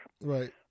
Right